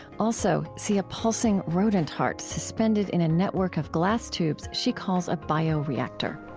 also see a pulsing rodent heart suspended in a network of glass tubes she calls a bioreactor.